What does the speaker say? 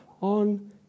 on